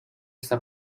esta